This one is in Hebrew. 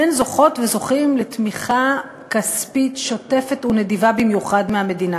הן זוכות וזוכים לתמיכה כספית שוטפת ונדיבה במיוחד מהמדינה,